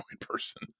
person